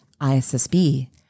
ISSB